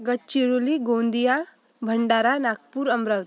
Gadchiroli Gondia Bhandara Nagpur Amravati